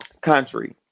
country